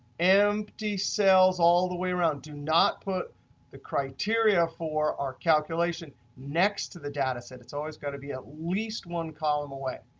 empty cells all the way around, do not put the criteria for our calculation next to the data set. it's always got to be at least one column away.